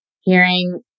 hearing